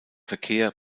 verkehr